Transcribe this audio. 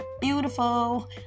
beautiful